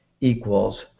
equals